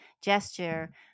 gesture